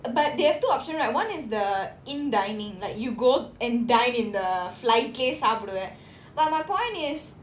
but they have two option right one is the in-dining like you go and dine in the flight லயே சாப்பிடுவ:layae saappiduvae but my point is